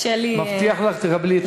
מבטיח לך, תקבלי את הזמן.